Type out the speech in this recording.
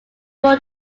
bull